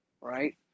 Right